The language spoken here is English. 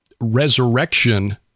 resurrection